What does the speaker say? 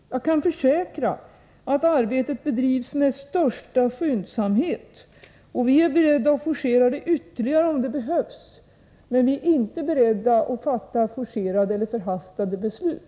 Jag kan försäkra att arbetet bedrivs med största skyndsamhet, och vi är beredda att forcera det ytterligare om det behövs. Men vi är inte beredda att fatta forcerade eller förhastade beslut.